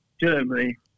Germany